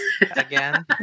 Again